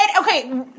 Okay